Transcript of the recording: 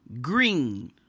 Green